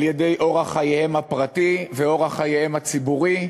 על-ידי אורח חייהם הפרטי ואורח חייהם הציבורי.